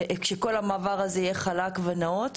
שכל המעבר הזה יהיה חלק ונאות,